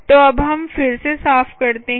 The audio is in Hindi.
तो अब हम फिर से साफ करते हैं